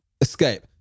escape